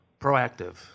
proactive